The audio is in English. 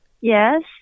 Yes